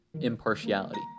impartiality